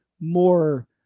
more